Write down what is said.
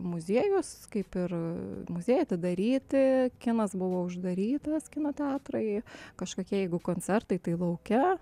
muziejus kaip ir muziejai atidaryti kinas buvo uždarytas kino teatrai kažkokie jeigu koncertai tai lauke